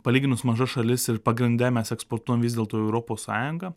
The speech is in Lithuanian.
palyginus maža šalis ir pagrinde mes eksportuojam vis dėlto į europos sąjungą